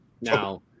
Now